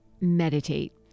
meditate